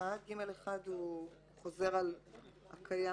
(ג1) חוזר על הקיים,